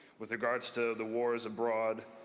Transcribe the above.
with regards to the wars abroad,